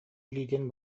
илиитин